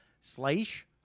slash